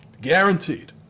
Guaranteed